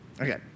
Okay